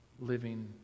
living